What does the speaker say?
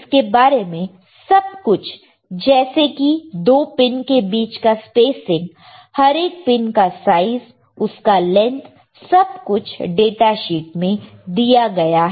इसके बारे में सब कुछ जैसे कि दो पिन के बीच का स्पेसिंग हर एक पिन का साइज उसका लैंथ सब कुछ डाटा शीट में दिया गया है